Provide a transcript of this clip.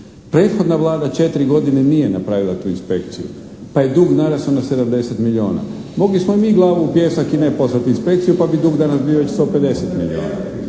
Prethodna Vlada četiri godine nije napravila tu inspekciju, pa je dug naras'o na 70 milijuna. Mogli smo i mi glavu u pijesak i ne poslati inspekciju pa bi dug danas bio već 150 milijuna.